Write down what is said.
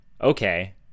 okay